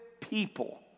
people